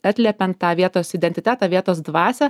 atliepiant tą vietos identitetą vietos dvasią